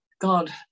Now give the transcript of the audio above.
God